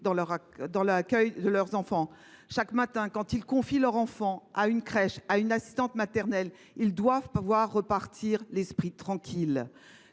les parents soient sécurisés. Chaque matin, quand ils confient leur enfant à une crèche ou à une assistante maternelle, ils doivent pouvoir repartir l’esprit tranquille.